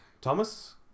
Thomas